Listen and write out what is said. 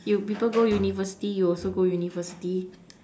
you people go university you also go university